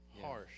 harsh